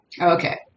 Okay